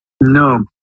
No